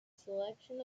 selection